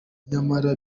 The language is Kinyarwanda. nyamara